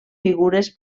figures